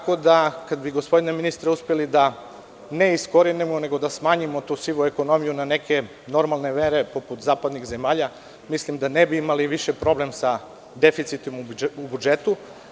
Kada bi, gospodine ministre, uspeli, ne da iskorenimo, nego da smanjimo tu sivu ekonomiju na neke normalne mere, poput zapadnih zemalja, mislim da ne bi imali više problem sa deficitom u budžetu.